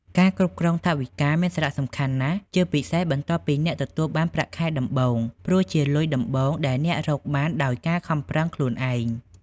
ការគ្រប់គ្រងថវិកាមានសារៈសំខាន់ណាស់ ជាពិសេសបន្ទាប់ពីអ្នកទទួលបានប្រាក់ខែដំបូង ព្រោះជាលុយដំបូងដែលរកបានដោយការខំប្រឹងខ្លួនឯង។